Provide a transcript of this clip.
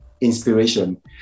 inspiration